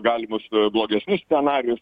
galimus blogesnius scenarijus